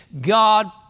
God